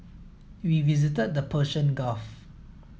we visited the Persian Gulf